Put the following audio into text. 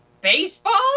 baseball